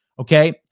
Okay